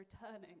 returning